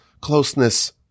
closeness